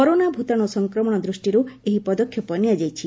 corona ଭୂତାଣୁ ସଂକ୍ରମଣ ଦୃଷ୍ଟିରୁ ଏହି ପଦକ୍ଷେପ ନିଆଯାଇଛି